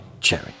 cherry